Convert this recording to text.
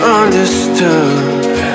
understood